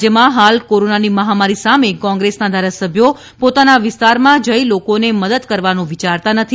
રાજ્યમાં હાલ કોરોનાની મહામારી સામે કોંગ્રેસના ધારાસભ્યો પોતાના વિસ્તારમાં જઇ લોકોને મદદ કરવાનું વિયારતા નથી